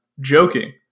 joking